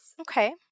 Okay